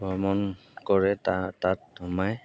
ভ্ৰমণ কৰে তাত সোমাই